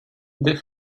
they